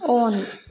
on